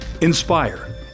Inspire